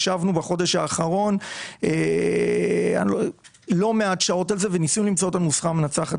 בחודש האחרון לא מעט שעות על זה כדי למצוא את הנוסחה המנצחת,